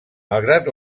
malgrat